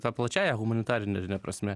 ta plačiąja humanitarine prasme